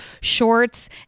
shorts